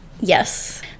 Yes